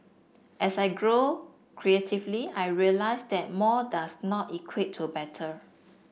as I grow creatively I realise that more does not equate to better